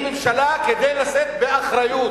היא ממשלה כדי לשאת באחריות.